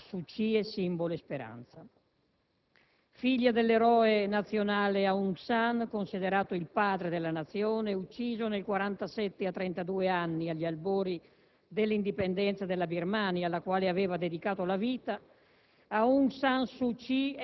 di cui Aung San Suu Kyi è simbolo e speranza. Figlia dell'eroe nazionale Aung San, considerato il padre della Nazione, ucciso nel 1947 a 32 anni agli albori dell'indipendenza della Birmania, alla quale aveva dedicato la vita,